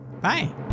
Bye